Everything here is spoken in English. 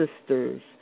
Sisters